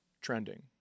trending